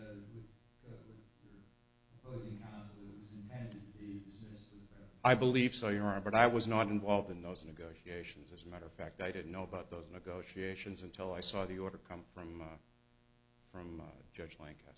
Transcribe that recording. i believe so you are but i was not involved in those negotiations as a matter of fact i didn't know about those negotiations until i saw the order come from from judge lanka